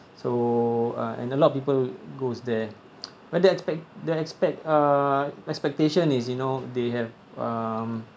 so uh and a lot of people goes there but the expect~ the expect~ uh expectation is you know they have um